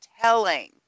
telling